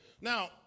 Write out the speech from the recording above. Now